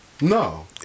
No